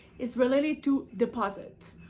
is related to deposits,